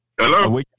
Hello